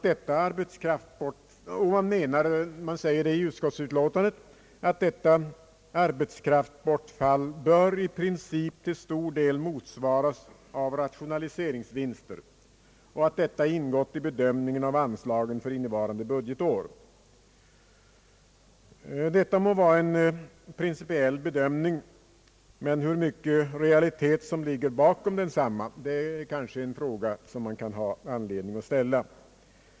Det sägs i utskottsutlåtandet att detta arbetskraftsbortfall bör i princip till stor del motsvaras av rationaliseringsvinster och att detta ingått i bedömningen av anslagen för innevarande budgetår. Detta må vara en principiell bedömning, men hur mycket realitet som ligger bakom densamma är kanske en fråga som det finns anledning att ställa.